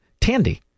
Tandy